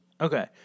Okay